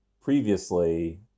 previously